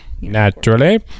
naturally